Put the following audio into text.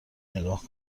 نگاه